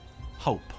hope